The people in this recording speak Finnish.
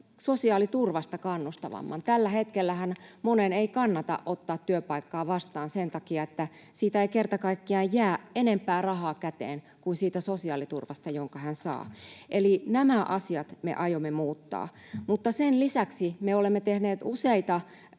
sosiaaliturvasta kannustavamman. Tällähän hetkellä monen ei kannata ottaa työpaikkaa vastaan sen takia, että siitä ei kerta kaikkiaan jää enempää rahaa käteen kuin siitä sosiaaliturvasta, jonka hän saa. Eli nämä asiat me aiomme muuttaa. Sen lisäksi me olemme tehneet useita